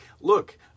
Look